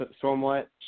somewhat